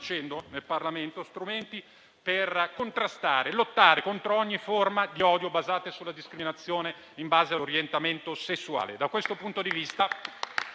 facendo nel Parlamento - per contrastare e lottare contro ogni forma di odio basata sulla discriminazione in base all'orientamento sessuale.